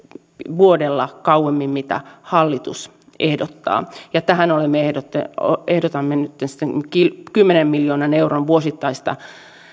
vuodella kauemmin kuin mitä hallitus ehdottaa ja tähän ehdotamme nyt sitten kymmenen miljoonan euron vuosittaista